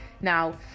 Now